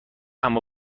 اما